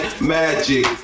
Magic